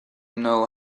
know